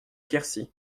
quercy